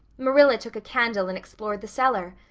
marilla took a candle and explored the cellar.